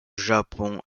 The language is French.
japon